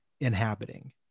inhabiting